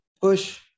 push